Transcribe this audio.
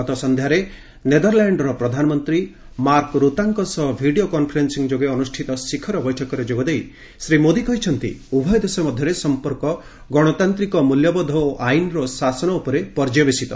ଗତ ସନ୍ଧ୍ୟାରେ ନେଦରଲାଣ୍ଡର ପ୍ରଧାନମ୍ନ୍ତୀ ମାର୍କ ରୁତାଙ୍କ ସହ ଭିଡିଓ କନ୍ଫରେନ୍ସି ଯୋଗେ ଅନୁଷ୍ଠିତ ଶିଖର ବୈଠକରେ ଯୋଗଦେଇ ଶ୍ରୀ ମୋଦୀ କହିଛନ୍ତି ଉଭୟ ଦେଶ ମଧ୍ୟରେ ସମ୍ପର୍କ ଗଣତାନ୍ତିକ ମୂଲ୍ୟବୋଧ ଓ ଆଇନର ଶାସନ ଉପରେ ପର୍ଯ୍ୟବେସିତ